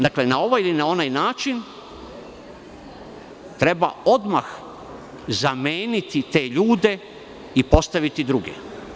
Dakle na ovaj ili onaj način treba odmah zameniti te ljude i postaviti druge.